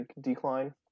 decline